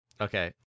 okay